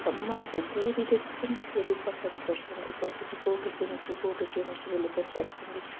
ସମସ୍ତେ ଯିଏ ବି ଦେଖୁଛନ୍ତି ସିଏ ବି ପସନ୍ଦ କରୁଛନ୍ତି କହୁଛନ୍ତି କେଉଁଠୁ କିଣିଛୁ କେଉଁଠୁ କିଣିଛୁ ବୋଲି ପଚାରୁଛନ୍ତି